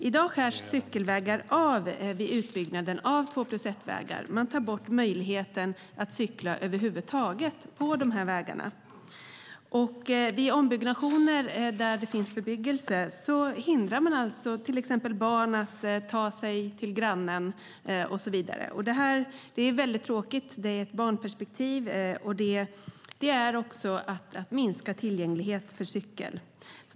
I dag skärs cykelvägar av vid utbyggnaden av två-plus-ett-vägar. Man tar bort möjligheten att cykla på dessa vägar över huvud taget. Vid ombyggnationer i områden där det finns bebyggelse hindrar man barn från att cykla till grannen och så vidare. Detta är väldigt tråkigt. Det handlar om barnperspektivet och att man minskar tillgängligheten för cykel.